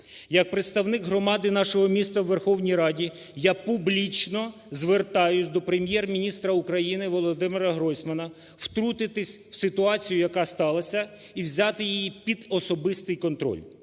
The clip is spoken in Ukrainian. Як представник громади нашого міста в Верховній Раді, я публічно звертаюсь до Прем'єр-міністра України Володимира Гройсмана втрутитись в ситуацію, яка сталася і взяти її під особистий контроль.